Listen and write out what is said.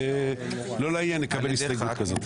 ולא לעניין לקבל הסתייגות כזאת.